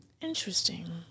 Interesting